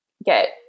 get